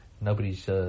nobody's